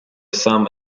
some